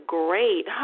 great